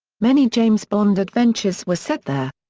many james bond adventures were set there.